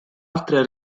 altre